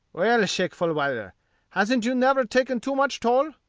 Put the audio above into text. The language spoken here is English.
well, shake fulwiler hasn't you never taken too much toll?